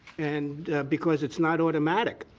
and because it's not automatic.